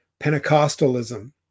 Pentecostalism